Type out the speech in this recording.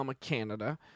Canada